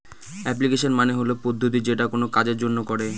application মানে হল পদ্ধতি যেটা কোনো কাজের জন্য করে